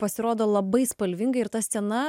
pasirodo labai spalvingai ir ta scena